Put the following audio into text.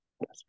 Yes